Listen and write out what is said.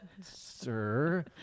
Sir